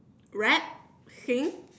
rap sing